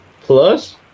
plus